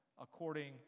according